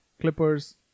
Clippers